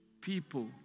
people